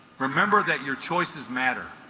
remember that your choices matter